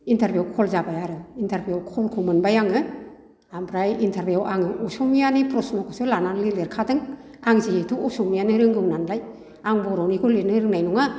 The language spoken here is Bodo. इन्टारभिउ कल जाबाय आरो इन्टारभिउआव कलखौ मोनबाय आङो ओमफ्राय इन्टारभिउआव आङो असमियानि प्रस्नखौसो लानानै लिरखादों आं जिहेथु असमियानि रोंगौ नालाय आं बर'निखौ लिरनो रोंनाय नङा